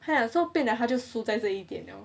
他讲变成他就输在这一点 liao